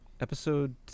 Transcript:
episode